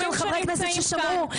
אני חושבת שכן כי יש כאן חברי כנסת ששמעו,